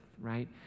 right